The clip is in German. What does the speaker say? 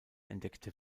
entdeckte